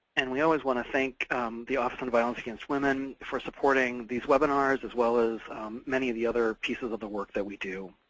and we always want to thank the office on violence against women for supporting these webinars as well as many of the other pieces of the work that we do.